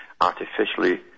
artificially